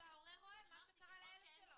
ההורה רואה מה קרה לילד שלו.